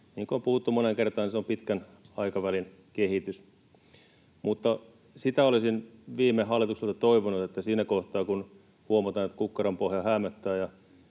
kuin on puhuttu moneen kertaan, se on pitkän aikavälin kehitys. Mutta sitä olisin viime hallitukselta toivonut, että siinä kohtaa, kun huomattiin, että kukkaron pohja häämötti